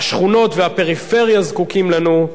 תושבי השכונות והפריפריה, זקוקים לנו,